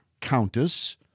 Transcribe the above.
Countess